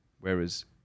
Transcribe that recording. Whereas